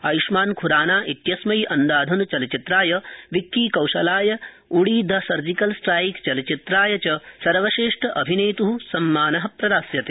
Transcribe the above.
आयुष्मानखुराना इत्यस्मै अन्धाधुन्ध चलचित्राय विक्कीकौशलाय उडी द सर्जिकल स्ट्राइक चलचित्राय सर्वश्रेष्ठ अभिनेत् सम्मान प्रदास्यते